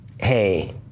hey